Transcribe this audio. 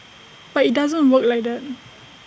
but IT doesn't work like that